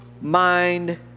mind